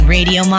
Radio